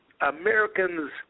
Americans